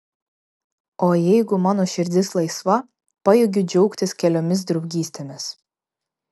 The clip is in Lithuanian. o jeigu mano širdis laisva pajėgiu džiaugtis keliomis draugystėmis